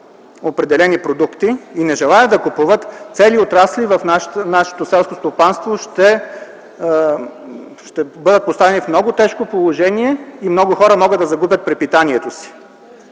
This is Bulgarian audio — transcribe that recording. определени продукти, не желаят да купуват, цели отрасли в нашето селско стопанство ще бъдат поставени в много тежко положение и много хора могат да загубят препитанието си.